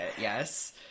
yes